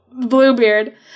Bluebeard